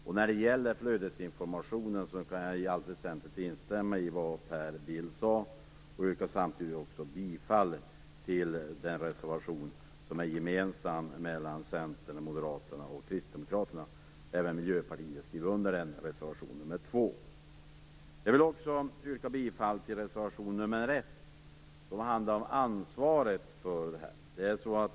Och när det gäller flödesinformationen kan jag i allt väsentligt instämma i det som Per Bill sade. Samtidigt yrkar jag bifall till den reservation som Centern, Moderaterna, Kristdemokraterna och även Miljöpartiet har skrivit under: reservation nr 2. Jag vill också yrka bifall till reservation nr 1 som handlar om ansvaret för det här.